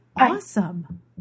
awesome